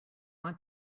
want